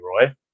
Roy